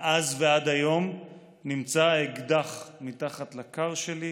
מאז ועד היום נמצא האקדח מתחת לכר שלי,